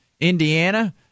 Indiana